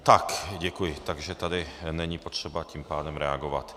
Tak děkuji, takže tady není potřeba tím pádem reagovat.